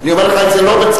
אני אומר לך את זה לא בצחוק.